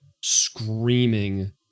screaming